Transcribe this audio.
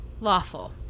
lawful